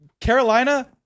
Carolina